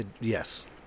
Yes